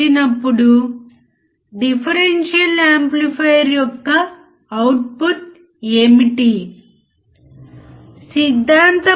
ఇప్పుడు అధిక మరియు దిగువ ఆంప్లిట్యూడ్ కోసం ప్రయోగాలను పునరావృతం చేయండి మరియు పరిశీలనలను గమనించండి